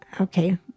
okay